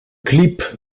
clip